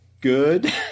Good